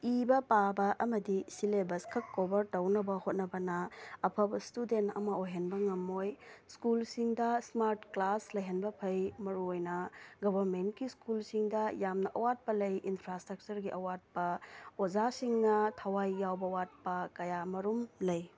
ꯏꯕ ꯄꯥꯕ ꯑꯃꯗꯤ ꯁꯦꯜꯂꯦꯕꯁ ꯈꯛ ꯀꯣꯚꯔ ꯇꯧꯅꯕ ꯍꯣꯠꯅꯕꯅ ꯑꯐꯕ ꯁ꯭ꯇꯨꯗꯦꯟ ꯑꯃ ꯑꯣꯏꯍꯟꯕ ꯉꯝꯃꯣꯏ ꯁ꯭ꯀꯨꯜꯁꯤꯡꯗ ꯁ꯭ꯃꯥꯔꯠ ꯀ꯭ꯂꯥꯁ ꯂꯩꯍꯟꯕ ꯐꯩ ꯃꯔꯨ ꯑꯣꯏꯅ ꯒꯚꯔꯟꯃꯦꯟꯒꯤ ꯁ꯭ꯀꯨꯜꯁꯤꯡꯗ ꯌꯥꯝꯅ ꯑꯋꯥꯠꯄ ꯂꯩ ꯏꯟꯐ꯭ꯔꯥꯁ꯭ꯇꯔꯛꯆꯔꯒꯤ ꯑꯋꯥꯠꯄ ꯑꯣꯖꯥꯁꯤꯡꯅ ꯊꯋꯥꯏ ꯌꯥꯎꯕ ꯋꯥꯠꯄ ꯀꯌꯥꯃꯔꯨꯝ ꯂꯩ